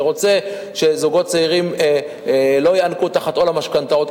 שרוצה שזוגות צעירים לא ייאנקו תחת עול המשכנתאות,